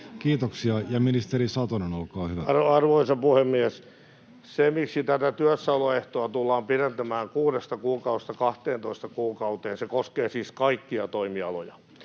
Kiitoksia. — Ministeri Satonen, olkaa hyvä. Arvoisa puhemies! Se, miksi tätä työssäoloehtoa tullaan pidentämään kuudesta kuukaudesta 12 kuukauteen — ja se koskee siis kaikkia toimialoja